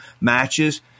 matches